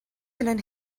الان